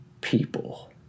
people